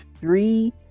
three